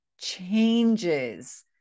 changes